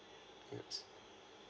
yes